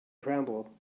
tremble